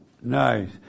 nice